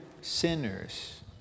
Sinners